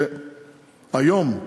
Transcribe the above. שהיום,